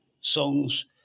songs